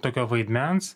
tokio vaidmens